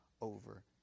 over